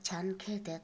छान खेळतात